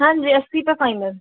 हाँ जी अस्सी पे फाइनल